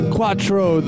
Quattro